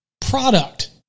product